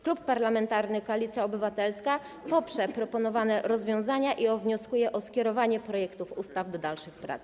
Klub Parlamentarny Koalicja Obywatelska poprze proponowane rozwiązania i wnosi o skierowanie projektów ustaw do dalszych prac.